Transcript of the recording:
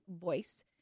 voice